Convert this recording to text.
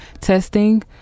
testing